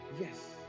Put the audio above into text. Yes